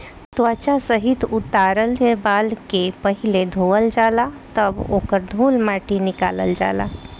त्वचा सहित उतारल बाल के पहिले धोवल जाला तब ओकर धूल माटी निकालल जाला